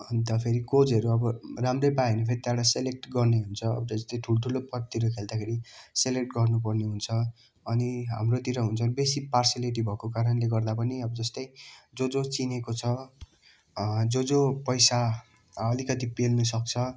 अन्त फेरि कोचहरू अब राम्रै पाए भने फेरि त्यहाँबाट सेलेक्ट गर्ने हुन्छ अब जस्तै ठुल्ठुलो पदतिर खेल्दाखेरि सेलेक्ट गर्नु पर्ने हुन्छ अनि हाम्रोतिर हुन्छन् बेसी पार्सेलिटी भएको कारणले गर्दा पनि अब जस्तै जो जो चिनेको छ जो जो पैसा अलिकति पेल्नु सक्छ